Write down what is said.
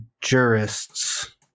jurists